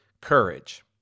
Courage